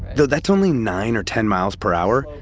though that's only nine or ten miles per hour,